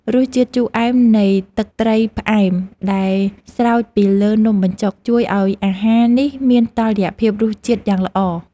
រសជាតិជូរអែមនៃទឹកត្រីផ្អែមដែលស្រោចពីលើនំបញ្ចុកជួយឱ្យអាហារនេះមានតុល្យភាពរសជាតិយ៉ាងល្អ។